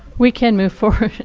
we can move forward